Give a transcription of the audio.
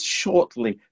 shortly